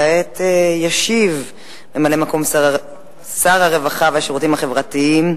כעת ישיב ממלא-מקום שר הרווחה והשירותים החברתיים,